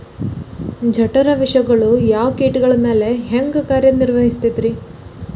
ಜಠರ ವಿಷಗಳು ಯಾವ ಕೇಟಗಳ ಮ್ಯಾಲೆ ಹ್ಯಾಂಗ ಕಾರ್ಯ ನಿರ್ವಹಿಸತೈತ್ರಿ?